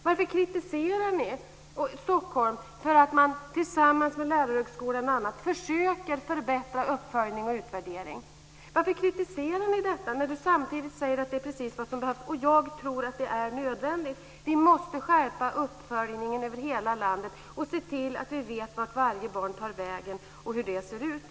Varför kritiserar ni Stockholm för att man tillsammans med bl.a. lärarhögskolan försöker förbättra uppföljning och utvärdering? Varför kritiserar ni detta när ni samtidigt säger att det är precis det som behövs? Jag tror också att det är nödvändigt. Vi måste skärpa uppföljningen över hela landet och se till att vi vet vart varje barn tar vägen och hur detta ser ut.